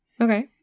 Okay